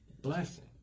Blessing